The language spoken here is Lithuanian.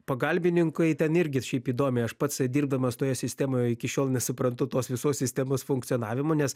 pagalbininkai ten irgi šiaip įdomiai aš patsai dirbdamas toje sistemoje iki šiol nesuprantu tos visos sistemos funkcionavimo nes